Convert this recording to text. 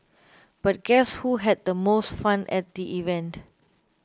but guess who had the most fun at the event